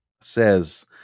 says